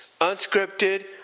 unscripted